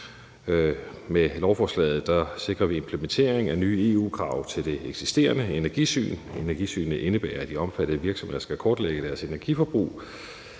Med lovforslaget sikrer vi implementering af nye EU-krav til det eksisterende energisyn. Energisynet indebærer, at de omfattede virksomheder skal kortlægge deres energiforbrug